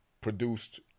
produced